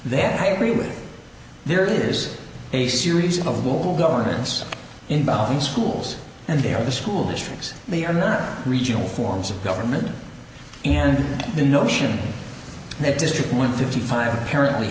then i agree with you there is a series of bull governance involving schools and they are the school districts they are not reaching all forms of government and the notion that district with fifty five apparently